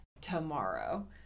tomorrow